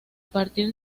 partir